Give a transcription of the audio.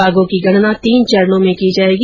बाघों की गणना तीन चरणों मे की जाएगी